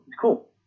cool